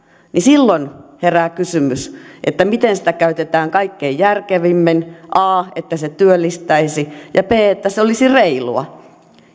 niin silloin herää kysymys miten sitä käytetään kaikkein järkevimmin a että se työllistäisi ja b että se olisi reilua